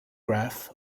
graph